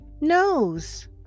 nose